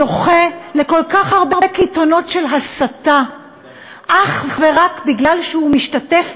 זוכה לכל כך הרבה קיתונות של הסתה אך ורק בגלל שהוא משתתף